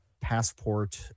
passport